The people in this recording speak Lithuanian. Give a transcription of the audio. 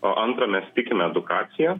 o antra mes tikime edukacija